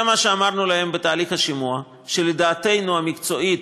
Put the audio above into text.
זה מה שאמרנו להם בתהליך השימוע, שלדעתנו המקצועית